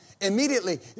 immediately